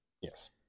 Yes